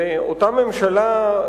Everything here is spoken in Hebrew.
ואותה ממשלה,